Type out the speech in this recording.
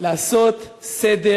לעשות סדר